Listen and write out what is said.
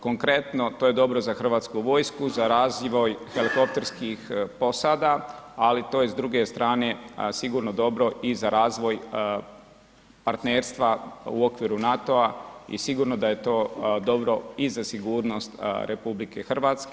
Konkretno to je dobro za Hrvatsku vojsku za razvoj helikopterskih posada ali to je s druge strane sigurno dobro i za razvoj partnerstva u okviru NATO-a i sigurno da je to dobro i za sigurnost RH.